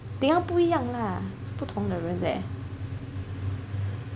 不一样 lah 是不同的人 leh